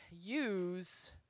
use